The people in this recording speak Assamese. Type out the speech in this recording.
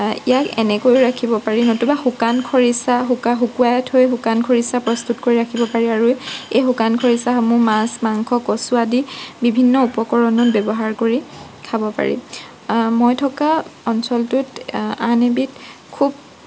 ইয়াক এনেকৈ ৰাখিব পাৰি নতুবা শুকান খৰিচা শুকা শুকোৱাই থৈ শুকান খৰিচা প্ৰস্তুত কৰি ৰাখিব পাৰি আৰু এই শুকান খৰিচাসমূহ মাছ মাংস কচু আদি বিভিন্ন উপকৰণত ব্যৱহাৰ কৰি খাব পাৰি মই থকা অঞ্চলটোত আন এবিধ খুব